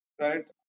right